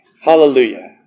Hallelujah